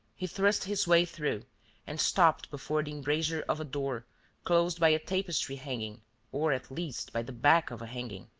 he thrust his way through and stopped before the embrasure of a door closed by a tapestry hanging or, at least, by the back of a hanging.